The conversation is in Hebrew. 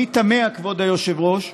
אני תמה, כבוד היושב-ראש,